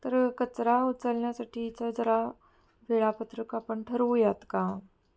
तर कचरा उचलण्यासाठीचा जरा वेळापत्रक आपण ठरवूयात का